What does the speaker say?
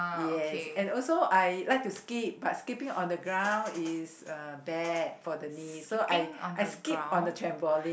yes and also I like to skip but skipping on the ground is uh bad for the knees so I I skip on the trampoline